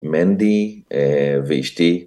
מנדי, ואשתי.